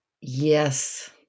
Yes